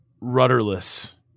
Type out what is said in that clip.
rudderless